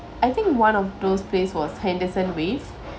I think one of those place was henderson wave